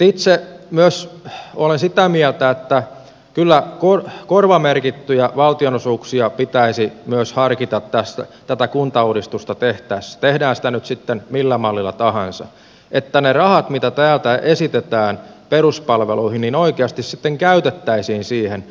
itse myös olen sitä mieltä että kyllä myös korvamerkittyjä valtionosuuksia pitäisi harkita tätä kuntauudistusta tehtäessä tehdään sitä nyt sitten millä mallilla tahansa että ne rahat mitä täältä esitetään peruspalveluihin oikeasti sitten käytettäisiin niihin